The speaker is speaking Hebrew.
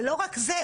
ולא רק זה,